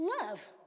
love